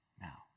Now